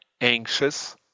anxious